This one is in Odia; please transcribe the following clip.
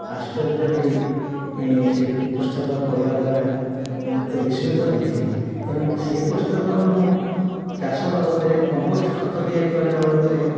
ଆଶ୍ଚର୍ଯ୍ୟ ହେଇ ସେହି ପୁସ୍ତକ ପଢ଼ିବାଦ୍ଵାରା ମୋତେ ବିସ୍ମିତ ହେଇଥିଲି ତେଣୁ ସେହି ପୁସ୍ତକରୁ ମୁଁ ଚାଷ ବାବଦରେ କମ୍ପୋଷ୍ଟ୍ ଖତ ତିଆରି କରିବା ବାବଦରେ